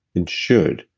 and should,